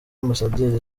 ambasaderi